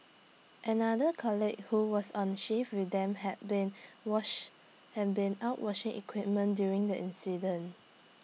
another colleague who was on the shift with them had been wash had been out washing equipment during the incident